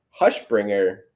Hushbringer